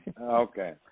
Okay